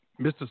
Mr